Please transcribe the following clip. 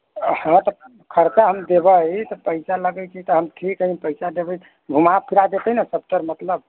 हँ तऽ खर्चा हम देबै पइसा लगै छै तऽ हम की करबै पइसा देबै घुमा फिरा देतै ने सब तरफ मतलब